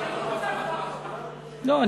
לא.